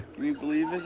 you believe it?